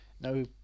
No